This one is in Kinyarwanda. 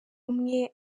umwe